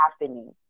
happening